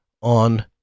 on